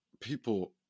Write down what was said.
people